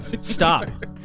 Stop